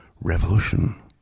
revolution